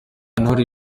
ntore